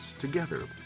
together